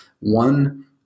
one